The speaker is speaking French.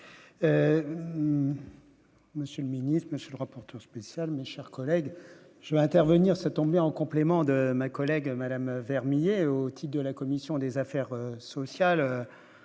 Monsieur le ministre, monsieur le rapporteur spécial, chers collègues, je veux intervenir c'est tombé en complément de ma collègue Madame Vermeillet au de la commission des affaires sociales,